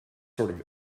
sort